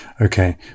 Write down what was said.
okay